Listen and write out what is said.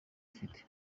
afite